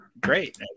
great